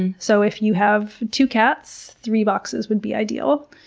and so if you have two cats, three boxes would be ideal.